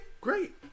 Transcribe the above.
great